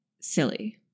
silly